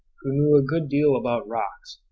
who knew a good deal about rocks,